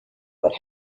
would